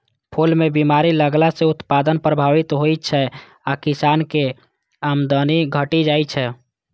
फूल मे बीमारी लगला सं उत्पादन प्रभावित होइ छै आ किसानक आमदनी घटि जाइ छै